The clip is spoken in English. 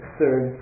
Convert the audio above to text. third